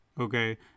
Okay